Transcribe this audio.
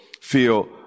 feel